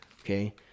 Okay